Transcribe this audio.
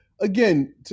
again